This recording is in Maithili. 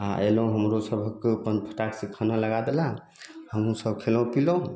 आ अयलहुँ हमरो सभक अपन फटाक से खाना लगा देला हमहुँ सब खयलहुँ पीलहुँ